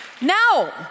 Now